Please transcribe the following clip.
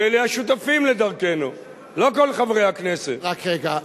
כל אלה השותפים לדרכנו, לא כל חברי הכנסת, רק רגע.